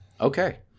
Okay